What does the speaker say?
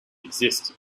exist